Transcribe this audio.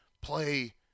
play